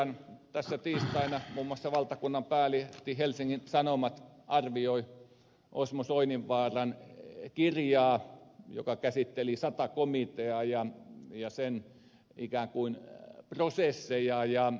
tässä tiistaina muun muassa valtakunnan päälehti helsingin sanomat arvioi osmo soininvaaran kirjaa joka käsitteli sata komiteaa ja sen prosesseja